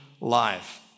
life